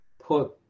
put